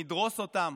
נדרוס אותם,